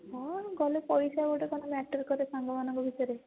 ହଁ ଗଲେ ପଇସା ଗୋଟେ କ'ଣ ମ୍ୟାଟର୍ କରେ ସାଙ୍ଗମାନଙ୍କ ଭିତରେ